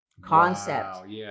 concept